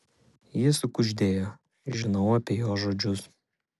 ji sukuždėjo žinau apie jos žodžius